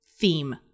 theme